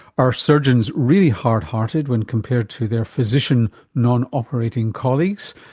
are surgeons really hard hearted when compared to their physician non-operating colleagues?